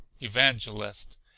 Evangelist